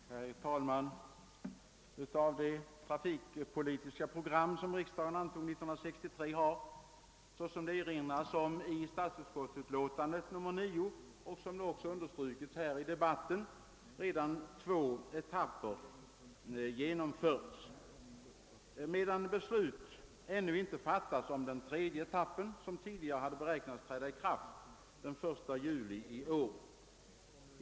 Herr talman! Av det trafikpolitiska program som riksdagen antog 1963 har, såsom det erinras om i statsutskottets utlåtande nr 9 och som det också understrukits i debatten, redan två etapper genomförts, medan beslut ännu inte fattats om den tredje etappen, som tidigare hade beräknats träda i kraft den 1 juli i år.